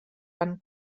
van